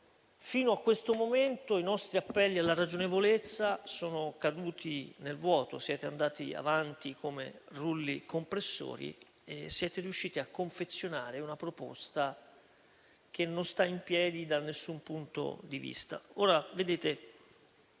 Fino a questo momento i nostri appelli alla ragionevolezza sono caduti nel vuoto. Siete andati avanti come rulli compressori e siete riusciti a confezionare una proposta che non sta in piedi da nessun punto di vista. Uno dei